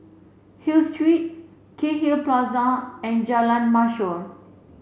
Hill Street Cairnhill Plaza and Jalan Mashhor